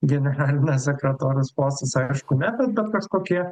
generalinio sekretoriaus postas aišku ne bet bet kažkokie